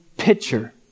Picture